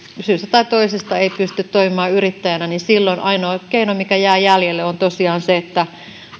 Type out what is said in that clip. syystä tai toisesta ei pysty toimimaan yrittäjänä niin silloin ainoa keino mikä jää jäljelle on tosiaan se että